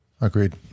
Agreed